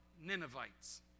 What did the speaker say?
Ninevites